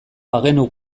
bagenu